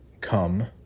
come